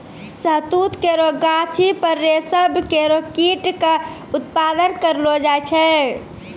शहतूत केरो गाछी पर रेशम केरो कीट क उत्पादन करलो जाय छै